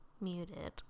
muted